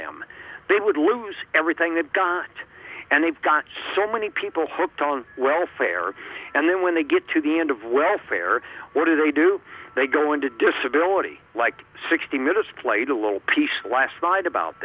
them they would lose everything they've got and they've got so many people hooked on welfare and then when they get to the end of welfare what do do they they go into disability like sixty minutes played a little piece last night about